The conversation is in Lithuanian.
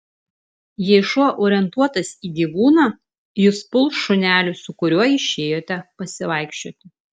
jei šuo orientuotas į gyvūną jis puls šunelį su kuriuo išėjote pasivaikščioti